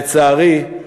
לצערי,